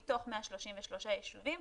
מתוך 133 יישובים,